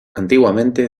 antiguamente